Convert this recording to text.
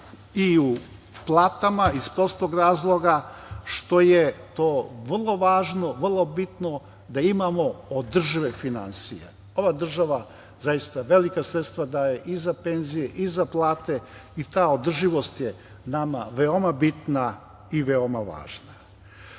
i u platama iz prostog razloga što je to vrlo važno, vrlo bitno da imamo održive finansije. Ova država zaista velika sredstva daje i za penzije i za plate i ta održivost Srbije nama veoma bitna i veoma važna. Moram